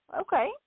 Okay